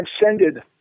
transcended